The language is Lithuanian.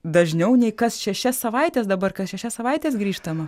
dažniau nei kas šešias savaites dabar kas šešias savaites grįžtama